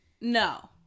No